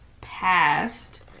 past